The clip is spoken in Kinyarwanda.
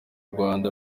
rwanda